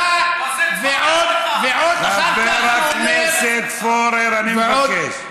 אתה עושה צחוק מעצמך, חבר הכנסת פורר, אני מבקש.